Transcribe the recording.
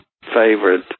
favorite